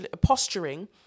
posturing